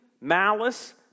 malice